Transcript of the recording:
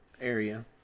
area